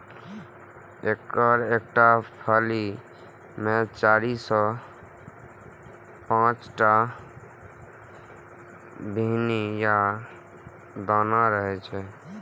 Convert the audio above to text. एकर एकटा फली मे चारि सं पांच टा बीहनि या दाना रहै छै